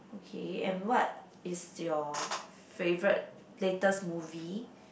okay and what is your favourite latest movie